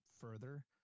further